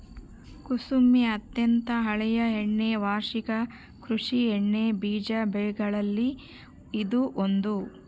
ಕುಸುಮೆ ಅತ್ಯಂತ ಹಳೆಯ ಎಣ್ಣೆ ವಾರ್ಷಿಕ ಕೃಷಿ ಎಣ್ಣೆಬೀಜ ಬೆಗಳಲ್ಲಿ ಇದು ಒಂದು